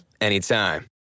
anytime